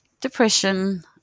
depression